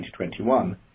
2021